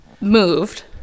moved